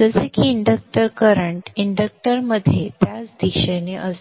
जसे की inductor current इंडक्टरमध्ये त्याच दिशेने असेल